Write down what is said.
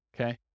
Okay